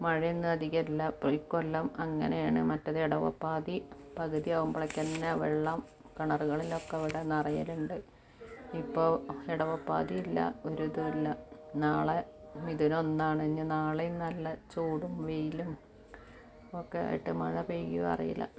മഴയൊന്നും അധികം ഇല്ല ഇപ്പോൾ ഇക്കൊല്ലം അങ്ങനെയാണ് മറ്റേത് ഇടവപ്പാതി പകുതി ആകുമ്പോഴേക്ക് തന്നെ വെള്ളം കിണറുകളിൽ ഒക്കെ ഇവിടെ നിറയലുണ്ട് ഇപ്പോൾ ഇടവപ്പാതി ഇല്ല ഒരു ഇതും ഇല്ല നാളെ മിഥുനം ഒന്നാണ് ഇനി നാളെയും നല്ല ചൂടും വെയിലും ഒക്കെ ആയിട്ട് മഴ പെയ്യുമോ അറിയില്ല